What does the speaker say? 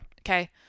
Okay